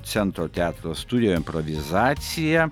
centro teatro studija improvizacija